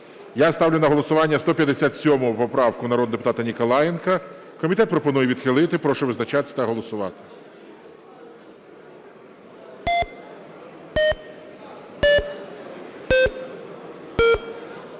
Я ставлю на голосування 157 поправку народного депутата Ніколаєнка. Комітет пропонує відхилити. Прошу визначатися та голосувати.